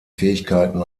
fähigkeiten